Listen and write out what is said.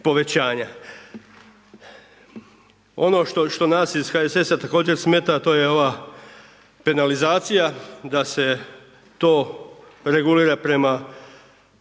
Ono što nas iz HSS-a također smeta a to je ova penalizacija, da se to regulira prema